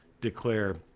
declare